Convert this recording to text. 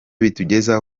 bitugeza